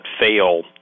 fail